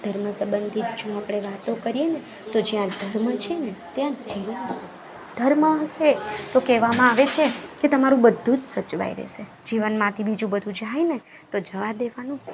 ધર્મ સંબંધિત જો આપણે વાતો કરીએને તો જ્યાં ધર્મ છે ને ત્યાં જીવન છે હશે તો કહેવામાં આવે છે કે તમારું બધુ સચવાઈ રહેશે જીવનમાંથી બીજું બધુ જાયને તો જવા દેવાનું